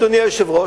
אדוני היושב-ראש,